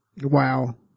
Wow